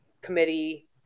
committee